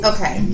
Okay